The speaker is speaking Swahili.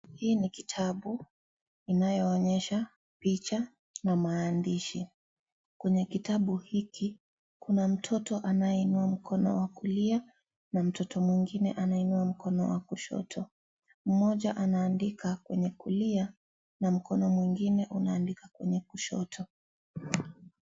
Hii ni kitabu inayoonyesha picha na maandishi . Kwenye kitabu hiki kuna mtoto anayeinua mkono wa kulia na mtoto mwingine anainua mkono wa kushoto mmoja anaandika kwenye kulia na mkono mwingine unaandika kwenye kushoto.